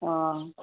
অঁ